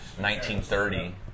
1930